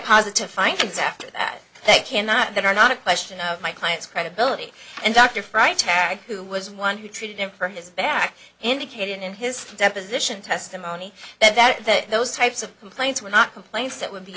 positive find it's after that that cannot that are not a question of my client's credibility and dr fry tagg who was one who treated him for his back indicated in his deposition testimony that that that those types of complaints were not complaints that would be